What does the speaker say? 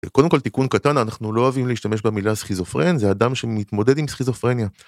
קודם כל תיקון קטן אנחנו לא אוהבים להשתמש במילה סכיזופרן זה אדם שמתמודד עם סכיזופרניה.